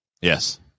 Yes